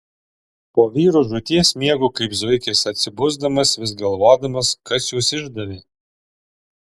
po vyrų žūties miegu kaip zuikis atsibusdamas vis galvodamas kas juos išdavė